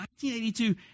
1982